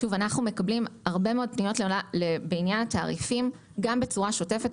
אנחנו מקבלים הרבה מאוד פניות בעניין התעריפים גם בצורה שוטפת.